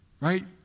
Right